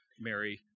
Mary